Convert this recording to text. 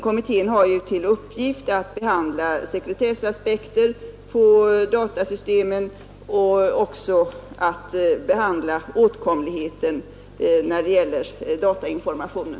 Kommittén har ju till uppgift att behandla sekretessaspekter på datasystemen och också att behandla åtkomligheten när det gäller datainformationen.